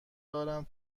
دارم